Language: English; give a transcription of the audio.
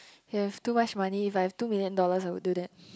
you have too much money if I two million dollars I will do that